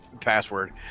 password